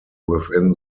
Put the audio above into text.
within